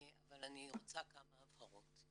אבל אני רוצה כמה הבהרות.